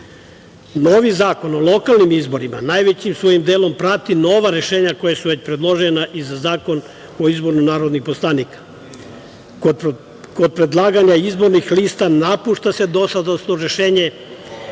Zakon o lokalnim izborima najvećim svojim delom prati nova rešenja koja su već predložena i za Zakon o izboru narodnih poslanika. Kod predlaganja izbornih lista napušta se dosadašnje rešenje